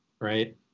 right